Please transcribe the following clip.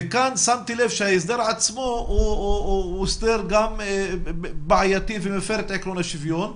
וכאן שמתי לב שההסדר עצמו הוא הסדר גם בעייתי ומפר את עקרון השוויון.